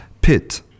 PIT